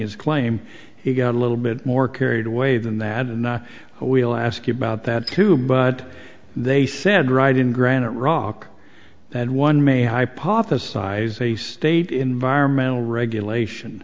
his claim he got a little bit more carried away than that and we'll ask you about that too but they said right in granite rock and one may hypothesize a state environmental regulation